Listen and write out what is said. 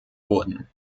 wurden